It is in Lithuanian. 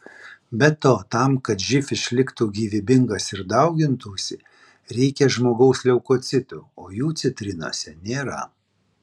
be to tam kad živ išliktų gyvybingas ir daugintųsi reikia žmogaus leukocitų o jų citrinose nėra